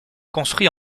construit